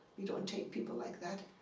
we don't take people like that.